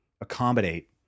accommodate